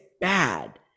bad